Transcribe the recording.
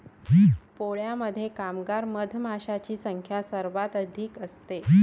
पोळ्यामध्ये कामगार मधमाशांची संख्या सर्वाधिक असते